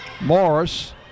Morris